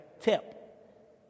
tip